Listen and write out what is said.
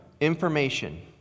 information